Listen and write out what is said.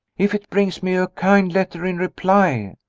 if it brings me a kind letter in reply,